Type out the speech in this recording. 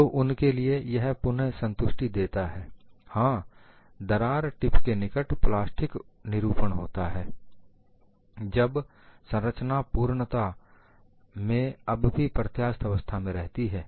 तो उनके लिए यह पुन संतुष्टि देता है हां दरार टिप के निकट प्लास्टिक विरूपण होता है जबकि संरचना संपूर्णता में अब भी प्रत्यास्थ अवस्था में रहती है